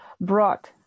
brought